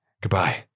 Goodbye